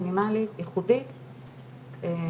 מינימלית, ייחודית חובה.